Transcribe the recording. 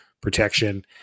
protection